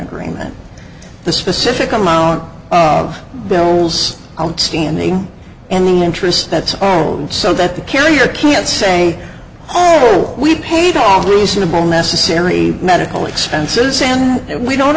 agreement the specific amount of bills outstanding and the interest that's so that the carrier can say oh we paid off reasonable necessary medical expenses and we don't